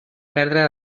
perdre